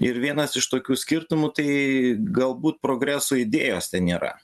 ir vienas iš tokių skirtumų tai galbūt progreso idėjos ten nėra